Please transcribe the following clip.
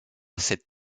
cette